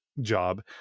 job